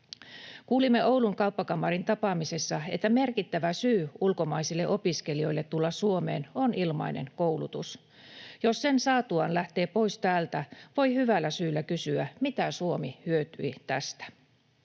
Kuulimme Oulun kauppakamarin tapaamisessa, että merkittävä syy ulkomaisille opiskelijoille tulla Suomeen on ilmainen koulutus. Jos sen saatuaan lähtee pois täältä, voi hyvällä syyllä kysyä, mitä Suomi hyötyi tästä.